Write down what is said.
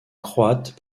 croate